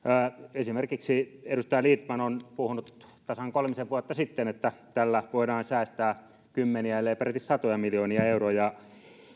esimerkiksi edustaja lindtman on puhunut tasan kolmisen vuotta sitten että tällä voidaan säästää kymmeniä ellei peräti satoja miljoonia euroja